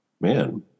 man